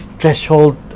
threshold